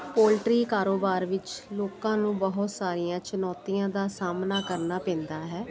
poultry ਕਾਰੋਬਾਰ ਵਿੱਚ ਲੋਕਾਂ ਨੂੰ ਬਹੁਤ ਸਾਰੀਆਂ ਚੁਣੌਤੀਆਂ ਦਾ ਸਾਹਮਣਾ ਕਰਨਾ ਪੈਂਦਾ ਹੈ